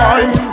Time